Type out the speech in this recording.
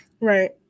Right